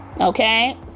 Okay